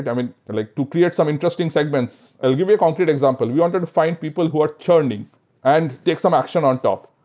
and i mean, like to create some interesting segments. i'll give you a concrete example. we wanted and to find people who are churning and take some action on top,